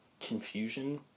confusion